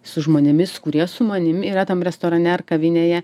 su žmonėmis kurie su manim yra tam restorane ar kavinėje